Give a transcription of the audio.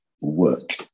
work